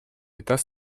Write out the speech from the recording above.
l’état